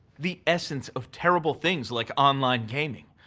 the essence of terrible things like online gaming,